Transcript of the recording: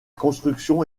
construction